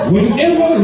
Whenever